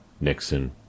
Nixon